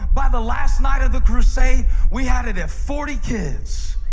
by the last night of the crusade, we had it at forty kids.